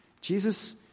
Jesus